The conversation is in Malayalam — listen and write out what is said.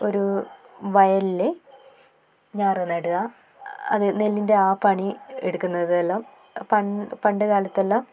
ഒരു വയലിലെ ഞാറു നടുക അത് നെല്ലിന്റെ ആ പണി എടുക്കുന്നത് എല്ലാം പണ്ട് കാലത്തെല്ലാം